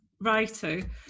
writer